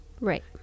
right